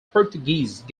portuguese